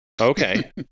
okay